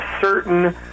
certain